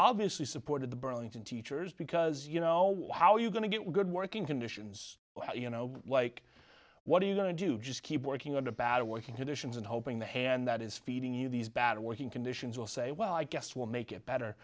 obviously supported the burlington teachers because you know wow you're going to get good working conditions well you know like what are you going to do just keep working under bad working conditions and hoping the hand that is feeding you these bad working conditions will say well i guess we'll make it better